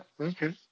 Okay